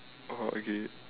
oh okay